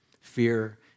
Fear